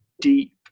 deep